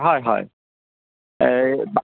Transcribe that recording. হয় হয় এই